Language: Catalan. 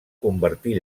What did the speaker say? convertir